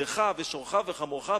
עבדך ושורך וחמורך,